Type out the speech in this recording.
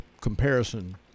comparison